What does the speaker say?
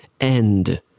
end